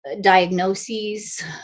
diagnoses